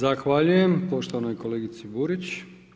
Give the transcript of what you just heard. Zahvaljujem poštovanoj kolegici Burić.